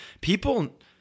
People